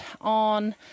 on